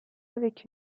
avec